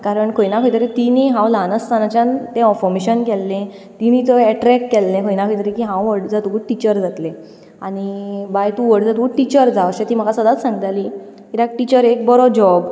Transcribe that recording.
कारण खंय ना खंय तरी ती न्ही हांव ल्हान आसतनाच्यान तें अफर्मेशन केल्लें तिणें एट्रेक्ट केल्लें खंय ना खंय तरी की हांव व्हड जातकूच टिचर जातलें आनी बाय तूं व्हड जातकूच टिचर जाव अशें ती म्हाका सदांच सांगताली कित्याक टिचर एक बरो जॉब